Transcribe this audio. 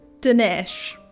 Dinesh